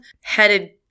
headed